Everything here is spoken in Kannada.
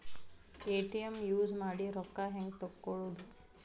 ಎ.ಟಿ.ಎಂ ಯೂಸ್ ಮಾಡಿ ರೊಕ್ಕ ಹೆಂಗೆ ತಕ್ಕೊಳೋದು?